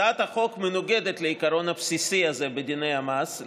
הצעת החוק מנוגדת לעיקרון הבסיסי הזה בדיני המס,